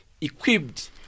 equipped